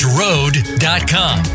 road.com